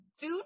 food